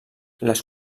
les